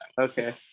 Okay